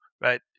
right